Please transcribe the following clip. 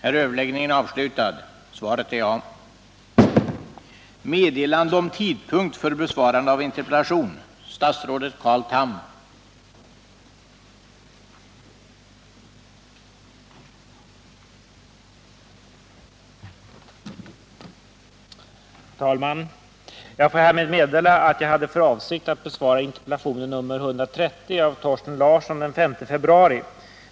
Herr talman! Jag vill härmed meddela att jag hade för avsikt att besvara interpellationen 1978/79:130 av Thorsten Larsson den 5 februari.